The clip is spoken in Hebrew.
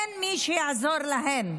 אין מי שיעזור להן.